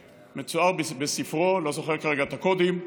מתואר בספרו, לא זוכר כרגע את הקודים,